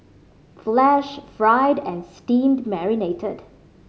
flash fried and steam marinated